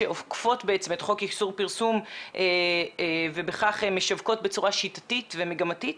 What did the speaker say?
שעוקפות בעצם את חוק איסור פרסום ובכך משווקות בצורה שיטתית ומגמתית.